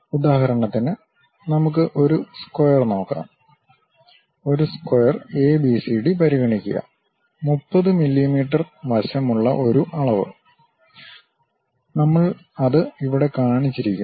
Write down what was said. ഉദാഹരണത്തിന് നമുക്ക് ഒരു സ്ക്വയർ നോക്കാം ഒരു സ്ക്വയർ എബിസിഡി പരിഗണിക്കുക 30 മില്ലീമീറ്റർ വശമുള്ള ഒരു അളവ്നമ്മൾ അത് ഇവിടെ കാണിച്ചിരിക്കുന്നു